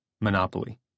Monopoly